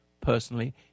personally